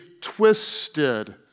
twisted